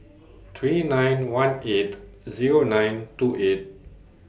three nine one eight Zero nine two eight